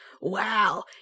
wow